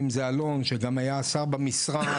אם זה אלון שגם היה שר במשרד,